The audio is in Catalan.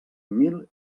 mil